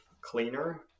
cleaner